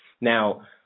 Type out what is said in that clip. Now